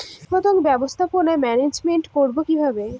কীটপতঙ্গ ব্যবস্থাপনা ম্যানেজমেন্ট করব কিভাবে?